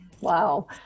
wow